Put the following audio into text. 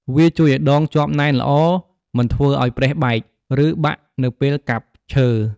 វាជួយឲ្យដងជាប់ណែនល្អ មិនធ្វើឲ្យប្រេះបែក ឬបាក់នៅពេលកាប់ឈើ ។